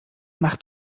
macht